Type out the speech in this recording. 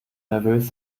nervös